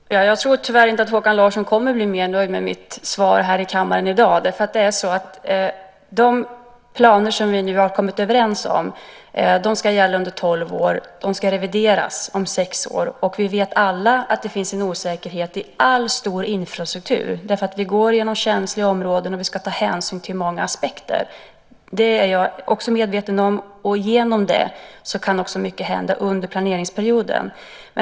Fru talman! Jag tror tyvärr inte att Håkan Larsson kommer att bli mer nöjd med mitt svar här i kammaren i dag. De planer som vi nu har kommit överens om ska gälla under tolv år. De ska revideras om sex år, och vi vet alla att det finns en osäkerhet i all stor infrastruktur. Vi går igenom känsliga områden, och vi ska ta hänsyn till många aspekter. Det är jag också medveten om. Genom det kan också mycket hända under planeringsperioden.